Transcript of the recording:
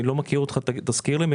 מה